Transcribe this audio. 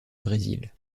brésil